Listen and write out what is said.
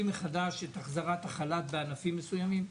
מחדש את החזרת החל"ת בענפים מסוימים?